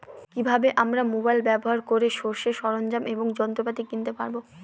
কি ভাবে আমরা মোবাইল ব্যাবহার করে চাষের সরঞ্জাম এবং যন্ত্রপাতি কিনতে পারবো?